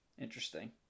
Interesting